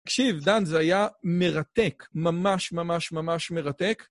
תקשיב, דן, זה היה מרתק, ממש ממש ממש מרתק.